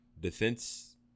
defense